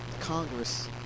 Congress